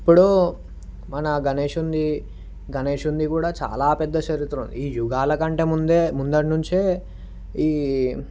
ఇప్పుడూ మన గణేషునిది గణేషునిది కూడా చాలా పెద్ద చరిత్ర ఉంది ఈ యుగాల కంటే ముందే ముందు నుంచే ఈ